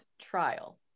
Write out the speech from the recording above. trial